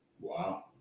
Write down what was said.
Wow